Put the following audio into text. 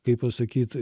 kaip pasakyt